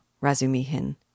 Razumihin